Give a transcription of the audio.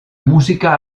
música